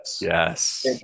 Yes